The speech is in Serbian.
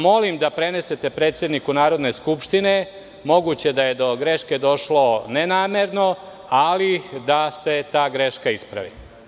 Molim da prenesete predsedniku Narodne skupštine, moguće da je do greške došlo nenamerno, ali da se ta greška ispravi.